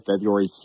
February